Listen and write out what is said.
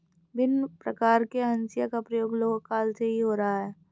भिन्न प्रकार के हंसिया का प्रयोग लौह काल से ही हो रहा है